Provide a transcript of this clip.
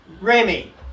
Remy